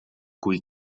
cui